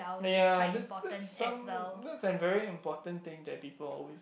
and yeah this is some this is a very important thing that people always overlook